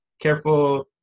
careful